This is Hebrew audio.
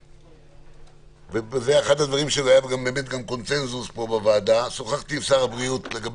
יחד עם זאת, שר הבריאות אמר